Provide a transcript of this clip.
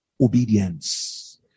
obedience